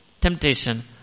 temptation